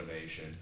Nation